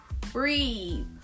breathe